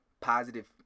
positive